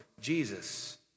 Jesus